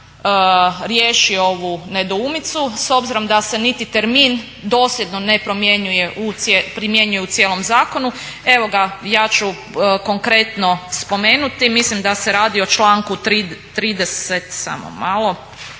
riješi ovu nedoumicu, s obzirom da se niti termin dosljedno ne primjenjuje u cijelom zakonu, evo ga ja ću konkretno spomenuti. Mislim da se radi o članku 30., samo malo.